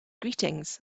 greetings